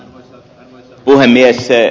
arvoisa puhemies